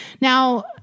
now